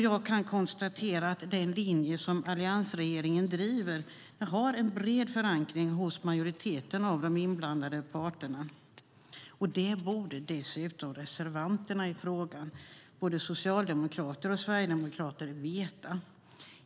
Jag kan konstatera att den linje som alliansregeringen driver har en bred förankring hos majoriteten av de inblandade parterna. Det borde dessutom reservanterna i frågan, både socialdemokrater och sverigedemokrater, veta.